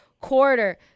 quarter